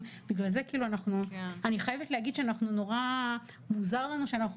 בגלל זה כאילו אנחנו אני חייבת להגיד שנורא מוזר לנו שאנחנו